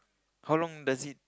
how long does it